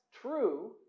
true